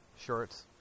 shorts